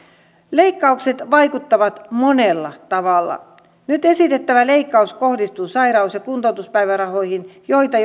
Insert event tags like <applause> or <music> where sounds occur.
leikkaukset vaikuttavat monella tavalla nyt esitettävä leikkaus kohdistuu sairaus ja kuntoutuspäivärahoihin joita <unintelligible>